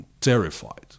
terrified